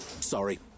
sorry